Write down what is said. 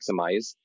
maximize